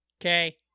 Okay